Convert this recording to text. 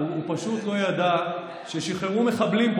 והוא לא ידע, הוא פשוט לא ידע ששחררו מחבלים פה